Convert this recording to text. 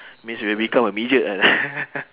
means you will become a midget ah